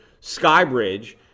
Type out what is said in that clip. SkyBridge